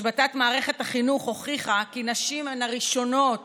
השבתת מערכת החינוך הוכיחה כי נשים הן הראשונות